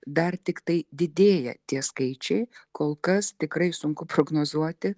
dar tiktai didėja tie skaičiai kol kas tikrai sunku prognozuoti